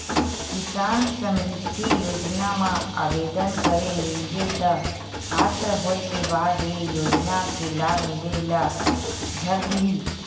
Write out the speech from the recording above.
किसान समरिद्धि योजना म आबेदन करे रहिबे त पात्र होए के बाद ए योजना के लाभ मिले ल धर लिही